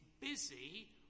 busy